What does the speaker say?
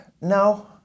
No